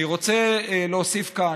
אני רוצה להוסיף כאן,